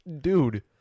dude